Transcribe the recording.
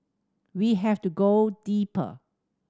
we have to go deeper